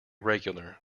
regular